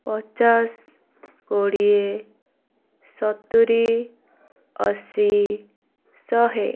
ପଚାଶ କୋଡ଼ିଏ ସତୁରୀ ଅଶୀ ଶହେ